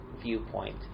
viewpoint